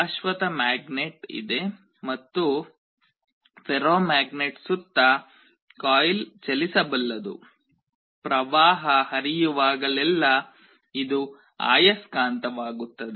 ಶಾಶ್ವತ ಮ್ಯಾಗ್ನೆಟ್ ಇದೆ ಮತ್ತು ಫೆರೋಮ್ಯಾಗ್ನೆಟ್ ಸುತ್ತ ಕಾಯಿಲ್ ಚಲಿಸಬಲ್ಲದು ಪ್ರವಾಹ ಹರಿಯುವಾಗಲೆಲ್ಲಾ ಇದು ಆಯಸ್ಕಾಂತವಾಗುತ್ತದೆ